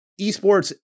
Esports